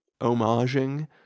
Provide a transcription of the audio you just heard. homaging